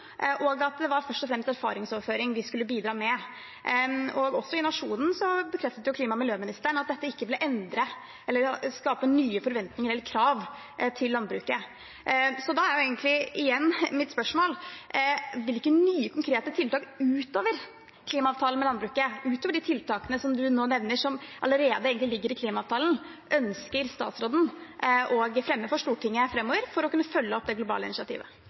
og at det først og fremst var erfaringsoverføring vi skulle bidra med. Også i Nationen bekreftet klima- og miljøministeren at dette ikke ville skape nye forventninger eller krav til landbruket. Da er egentlig, igjen, mitt spørsmål: Hvilke nye konkrete tiltak utover klimaavtalen med landbruket, utover de tiltakene som statsråden nå nevner, som allerede ligger i klimaavtalen, ønsker han å fremme for Stortinget framover for å kunne følge opp det globale initiativet?